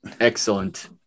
Excellent